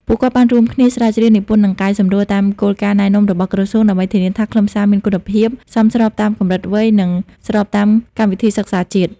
ពួកគាត់បានរួមគ្នាស្រាវជ្រាវ និពន្ធ និងកែសម្រួលតាមគោលការណ៍ណែនាំរបស់ក្រសួង ដើម្បីធានាថាខ្លឹមសារមានគុណភាព សមស្របតាមកម្រិតវ័យ និងស្របតាមកម្មវិធីសិក្សាជាតិ។